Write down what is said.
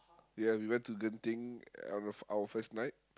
where we went to Genting our our first night